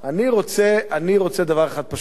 אני רוצה דבר אחד פשוט,